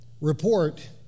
report